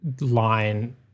line